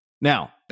Now